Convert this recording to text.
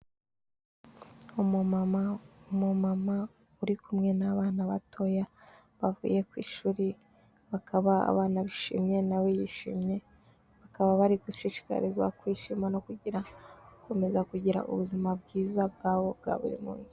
Umumama uri kumwe n'abana batoya bavuye ku ishuri, akaba aabana bishimye nawe yishimye, bakaba bari gushishikarizwa kwishima no gukomeza kugira ubuzima bwiza bwabo bwa buri munsi.